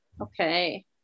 Okay